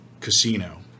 Casino